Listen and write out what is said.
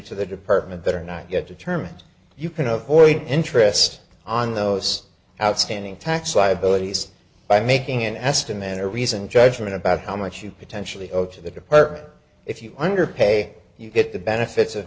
to the department that are not yet determined you can avoid interest on those outstanding tax liabilities by making an estimate and a reasoned judgment about how much you potentially oka the department if you underpay you get the benefits of